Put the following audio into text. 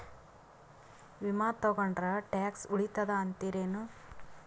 ವಿಮಾ ತೊಗೊಂಡ್ರ ಟ್ಯಾಕ್ಸ ಉಳಿತದ ಅಂತಿರೇನು?